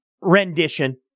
Rendition